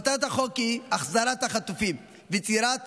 מטרת החוק היא החזרת החטופים ויצירת